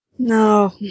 No